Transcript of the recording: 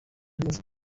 mafoto